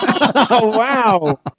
wow